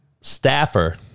staffer